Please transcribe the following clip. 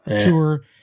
tour